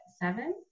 Seven